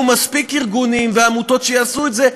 יהיו מספיק ארגונים ועמותות שיעשו את זה,